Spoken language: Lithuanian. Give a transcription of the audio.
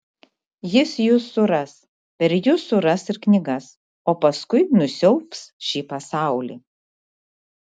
jis jus suras per jus suras ir knygas o paskui nusiaubs šį pasaulį